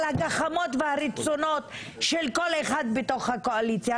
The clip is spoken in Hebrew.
הגחמות והרצונות של כל אחד בתוך הקואליציה.